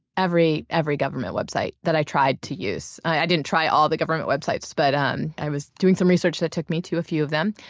every every government website that i tried to use. i didn't try all the government websites but um i was doing some research that took me to a few of them.